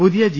പുതിയ ജി